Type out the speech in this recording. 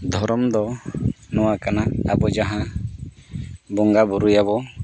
ᱫᱷᱚᱨᱚᱢ ᱫᱚ ᱱᱚᱣᱟ ᱠᱟᱱᱟ ᱟᱵᱚ ᱡᱟᱦᱟᱸ ᱵᱚᱸᱜᱟ ᱵᱳᱨᱳᱭᱟᱵᱚ